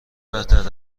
بهتر